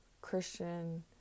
Christian